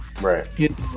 right